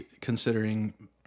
considering